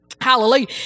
Hallelujah